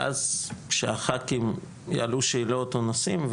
ואז שהח"כים יעלו שאלות או נושאים,